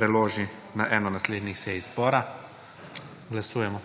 preloži na eno od naslednjih sej zbora. Glasujemo.